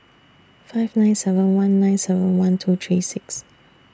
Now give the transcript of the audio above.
five nine seven one nine seven one two three six